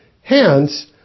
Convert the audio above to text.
Hence